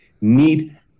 need